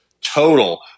Total